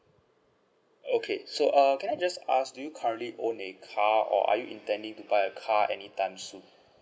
okay so uh can I just ask do you currently own a car or are you intending to buy a car any time soon